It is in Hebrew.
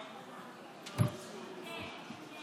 ההצבעה: 54